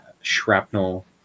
shrapnel